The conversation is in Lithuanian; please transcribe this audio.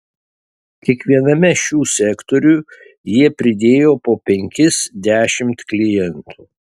kiekviename šių sektorių jie pridėjo po penkis dešimt klientų